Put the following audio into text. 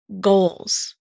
goals